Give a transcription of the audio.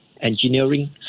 engineering